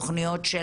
תוכניות של